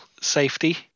safety